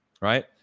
right